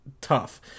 tough